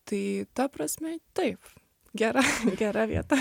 tai ta prasme taip gera gera vieta